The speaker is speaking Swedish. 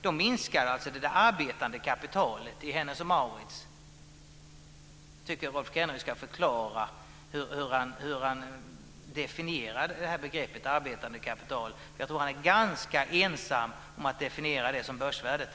Då minskade alltså det arbetande kapitalet i Hennes & Mauritz. Jag tycker att Rolf Kenneryd ska förklara hur han definierar begreppet arbetande kapital, för jag tror att han är ganska ensam om att definiera det som börsvärdet.